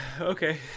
okay